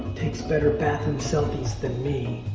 takes better bathroom selfies than me.